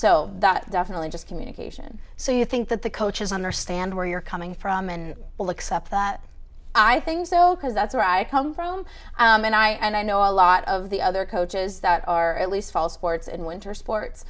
so that definitely just communication so you think that the coaches understand where you're coming from and will accept that i think so because that's where i come from and i and i know a lot of the other coaches that are at least fall sports in winter sports